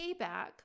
payback